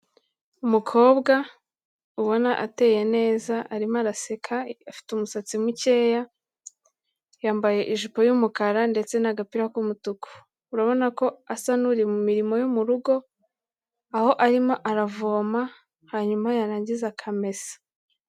Umukobwa ubona ateye neza arimo araseka afite umusatsi mukeya, yambaye ijipo y'umukara ndetse n'agapira k'umutuku, urabona ko asa n'uri mu mirimo yo mu rugo, aho arimo aravoma, hanyuma yarangiza akamesa.